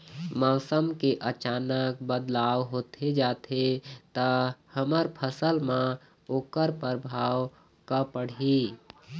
मौसम के अचानक बदलाव होथे जाथे ता हमर फसल मा ओकर परभाव का पढ़ी?